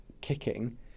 kicking